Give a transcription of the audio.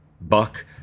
Buck